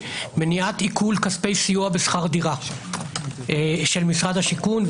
מניעת עיקול כספי סיוע בשכר דירה של משרד השיכון.